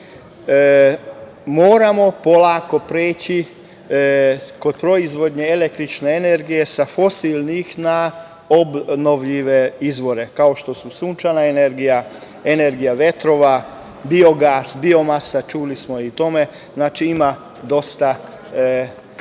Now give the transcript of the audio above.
polako preći kod proizvodnje električne energije sa fosilnih na obnovljive izvore, kao što su sunčeva energije, energija vetrova, biogas, biomasa. Čuli smo i o tome. Znači, ima dosta